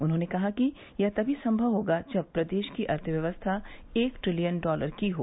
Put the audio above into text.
उन्होंने कहा कि यह तभी संभव होगा जब प्रदेश की अर्थव्यवस्था एक ट्रिलियन डॉलर की हो